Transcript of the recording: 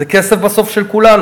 זה בסוף כסף של כולנו.